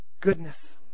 goodness